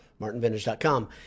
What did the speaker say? martinvintage.com